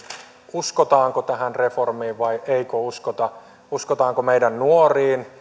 uskotaanko tähän reformiin vai eikö uskota uskotaanko meidän nuoriin